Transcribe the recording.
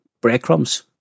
breadcrumbs